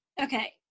okay